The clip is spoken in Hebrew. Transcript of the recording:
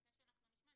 לפני שאנחנו נשמע,